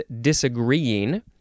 disagreeing